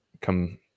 come